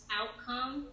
outcome